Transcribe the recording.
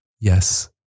Yes